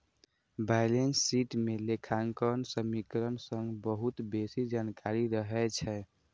balance sheet मे लेखांकन समीकरण सं बहुत बेसी जानकारी रहै छै